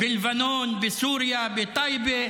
למה לא דיברת איתם על משפחות החטופים?